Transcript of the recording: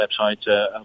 website